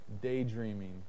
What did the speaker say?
daydreaming